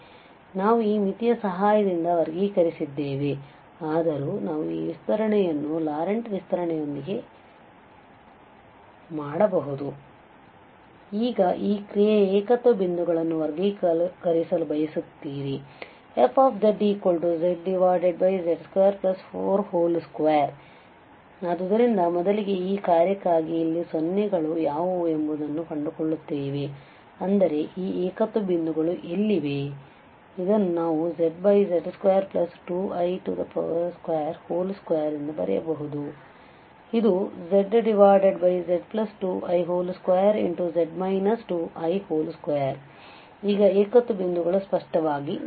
ಆದ್ದರಿಂದ ನಾವು ಈ ಮಿತಿಯ ಸಹಾಯದಿಂದ ವರ್ಗೀಕರಿಸಿದ್ದೇವೆ ಆದರೂ ನಾವು ಈ ವಿಸ್ತರಣೆಯನ್ನು ಲಾರೆಂಟ್ನ ವಿಸ್ತರಣೆಯೊಂದಿಗೆLaurent's expansion ಮಾಡಬಹುದು ಈಗ ಈ ಕ್ರಿಯೆಯ ಏಕತ್ವ ಬಿಂದುಗಳನ್ನು ವರ್ಗೀಕರಿಸಲು ಬಯಸುತ್ತೀರಿ fzzz242 ಆದ್ದರಿಂದ ಮೊದಲಿಗೆ ಈ ಕಾರ್ಯಕ್ಕಾಗಿ ಇಲ್ಲಿ ಸೊನ್ನೆಗಳು ಯಾವುವು ಎಂಬುದನ್ನು ಕಂಡುಕೊಳ್ಳುತ್ತೇವೆ ಅಂದರೆ ಈ ಏಕತ್ವ ಬಿಂದುಗಳು ಎಲ್ಲಿವೆ ಆದ್ದರಿಂದ ಇದನ್ನು ನಾವುzz2 2i22 ಎಂದು ಬರೆಯಬಹುದು ಆದ್ದರಿಂದ ಇದು zz2i2z 2i2 ಈಗ ಏಕತ್ವ ಬಿಂದುಗಳುಗಳು ಸ್ಪಷ್ಟವಾಗಿವೆ